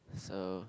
so